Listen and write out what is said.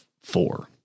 four